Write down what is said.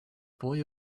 boy